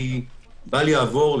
זה הייתה ההבהרה בהתחלה.